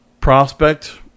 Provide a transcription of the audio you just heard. prospect